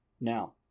now